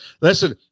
listen